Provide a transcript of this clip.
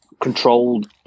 controlled